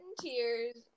tears